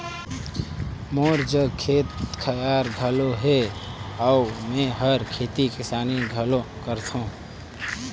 मोर जघा खेत खायर घलो हे अउ मेंहर खेती किसानी घलो करथों